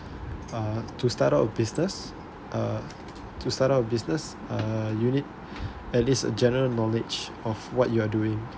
uh to start up a business uh to start up a business uh unit at least a general knowledge of what you are doing